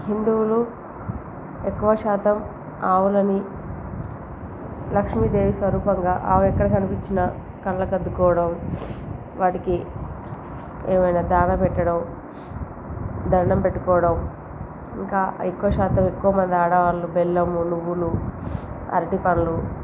హిందువులు ఎక్కువ శాతం ఆవులని లక్ష్మీదేవి స్వరూపంగా ఆవు ఎక్కడ కనిపించిన కళ్ళకు అద్దుకోవడం వాటికి ఏమైనా దాన పెట్టడం దండము పెట్టుకోవడం ఇంకా ఎక్కువ శాతం ఎక్కువ మంది ఆడవాళ్ళు బెల్లము నువ్వులు అరటి పండ్లు